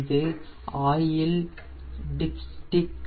இது oil dipstick